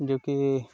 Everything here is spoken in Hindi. जो कि